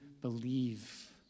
believe